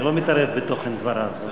אני לא מתערב בתוכן דבריו.